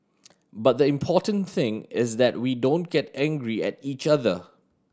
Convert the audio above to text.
but the important thing is that we don't get angry at each other